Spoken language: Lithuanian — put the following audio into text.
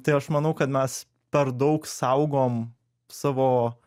tai aš manau kad mes per daug saugom savo